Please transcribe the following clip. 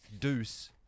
Deuce